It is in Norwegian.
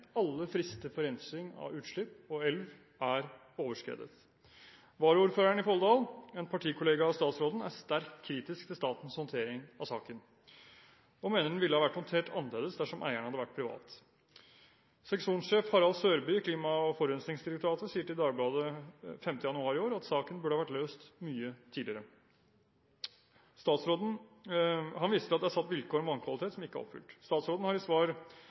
til 1993. Alle frister for rensing av utslipp og elv er overskredet. Varaordføreren i Folldal, en partikollega av statsråden, er sterkt kritisk til statens håndtering av saken og mener den ville ha vært håndtert annerledes dersom eieren hadde vært privat. Seksjonssjef Harald Sørby i Klima- og forurensningsdirektoratet sier til Nationen 5. januar i år at saken burde ha vært løst mye tidligere. Han viser til at det er satt vilkår om vannkvalitet som ikke er oppfylt. Miljøvernministeren har i svar